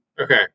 Okay